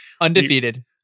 Undefeated